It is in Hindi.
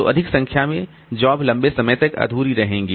तो अधिक संख्या में जॉब लंबे समय तक अधूरी रहेंगी